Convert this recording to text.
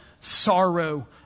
sorrow